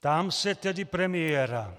Ptám se tedy premiéra: